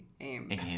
Aim